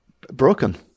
Broken